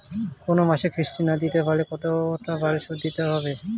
কোন মাসে কিস্তি না দিতে পারলে কতটা বাড়ে সুদ দিতে হবে?